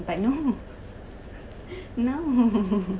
but no no